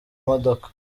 imodoka